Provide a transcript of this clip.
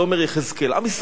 עם ישראל נמצא בגולה.